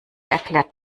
erklärt